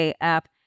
app